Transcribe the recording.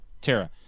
Tara